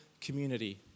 community